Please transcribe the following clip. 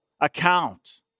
account